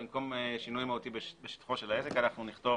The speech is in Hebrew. במקום "שינוי מהותי בשטחו של העסק" אנחנו נכתוב